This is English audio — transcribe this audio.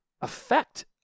affect